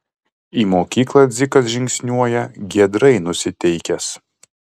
į mokyklą dzikas žingsniuoja giedrai nusiteikęs